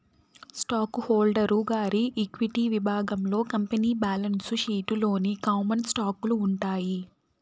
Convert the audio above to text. stock holder గారి equity విభాగంలో company balance sheet లోని కామన్ స్టాకులు ఉంటాయి